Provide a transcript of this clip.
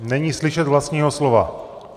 Není slyšet vlastního slova.